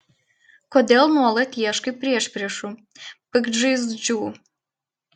kodėl nuolat ieškai priešpriešų piktžaizdžių